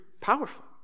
powerful